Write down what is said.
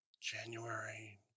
January